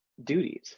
duties